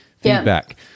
feedback